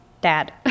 Dad